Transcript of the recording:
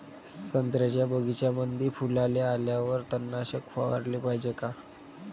संत्र्याच्या बगीच्यामंदी फुलाले आल्यावर तननाशक फवाराले पायजे का?